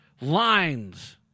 lines